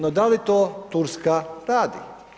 No da li to Turska radi?